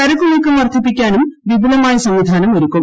ചരക്കുനീക്കം വർദ്ധിപ്പിക്കാനും വിപുലമായ സംവിധാനം ഒരുക്കും